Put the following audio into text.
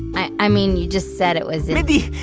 i mean, you just said it was. mindy,